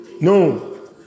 No